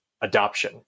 adoption